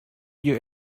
you